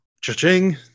cha-ching